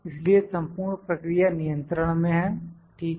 इसलिए संपूर्ण प्रक्रिया नियंत्रण में है ठीक है